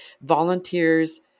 volunteers